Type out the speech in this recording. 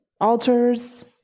altars